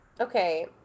Okay